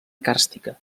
càrstica